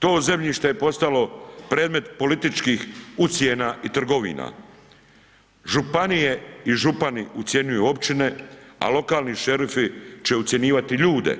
To zemljište je postalo predmet političkih ucjena i trgovina, županije i župani ucjenjuju općine, a lokalni šerifi će ucjenjivati ljude,